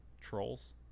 Trolls